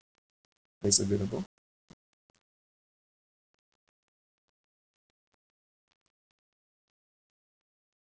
is available